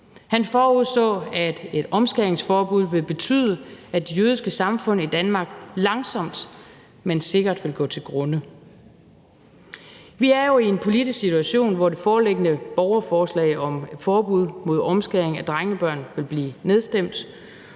Han forudså, at et omskæringsforbud vil betyde, at det jødiske samfund i Danmark langsomt, men sikkert vil gå til grunde. Kl. 13:16 Vi er jo i en politisk situation, hvor det foreliggende borgerforslag om et forbud mod omskæring af drengebørn vil blive nedstemt,